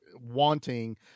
wanting